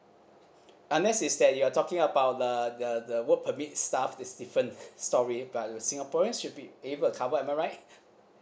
unless is that you're talking about the the the work permit stuff is different story but singaporeans should be able to cover am I right